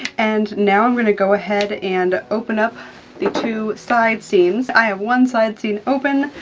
and now i'm gonna go ahead and open up the two side seams. i have one side seam open.